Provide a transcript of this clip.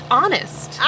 honest